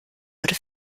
wurde